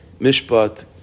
Mishpat